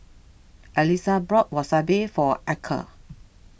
Alisa bought Wasabi for Archer